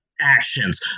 actions